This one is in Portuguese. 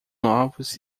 novos